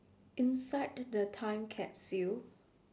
inside t~ the time capsule